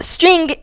String